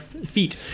Feet